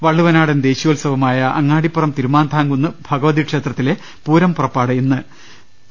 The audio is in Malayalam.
വള്ളുവനാടൻ ദേശീയോത്സവമായ അങ്ങാടിപ്പുറം തിരുമാന്ധാംകുന്ന് ഭഗവതിക്ഷേത്രത്തിലെ പൂരം പുറപ്പാട് ഇന്ന് നടക്കും